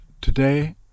today